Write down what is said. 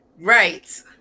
right